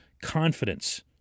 confidence